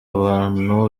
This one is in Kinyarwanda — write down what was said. abantu